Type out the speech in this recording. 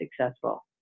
successful